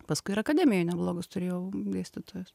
paskui ir akademijoj neblogus turėjau dėstytojus